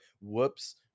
Whoops